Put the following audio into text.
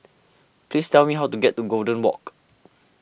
please tell me how to get to Golden Walk